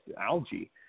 algae